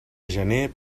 gener